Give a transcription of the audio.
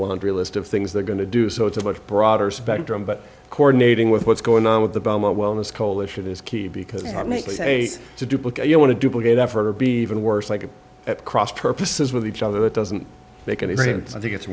laundry list of things they're going to do so it's a much broader spectrum but coordinating with what's going on with the beaumont wellness coalition is key because i mean to do you want to duplicate effort or be in worse like at cross purposes with each other that doesn't make any sense i think it's